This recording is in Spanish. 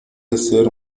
hacer